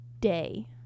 day